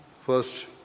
First